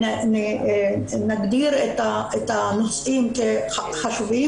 שנגדיר את הנושאים כחשובים,